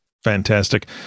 Fantastic